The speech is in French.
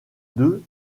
deux